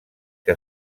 que